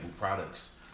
products